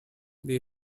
they